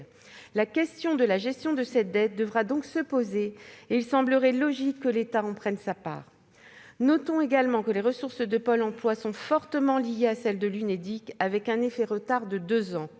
La question de la gestion de cette dette devra donc se poser ; il semblerait logique que l'État en prenne sa part. Notons également que les ressources de Pôle emploi sont fortement liées à celle de l'Unédic, avec un effet retard de deux ans.